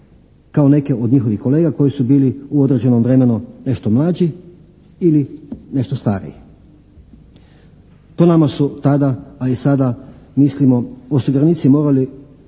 kao neke od njihovih kolega koji su bili u određenom vremenu nešto mlađi ili nešto stariji. Po nama su tada, a i sada mislimo osiguranici morali